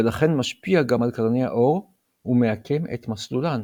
ולכן משפיע גם על קרני האור ומעקם את מסלולן,